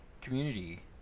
community